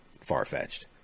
far-fetched